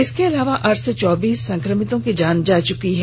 इसके अलावा आठ सौ चौबीस संक्रमितों की जान जा चुकी है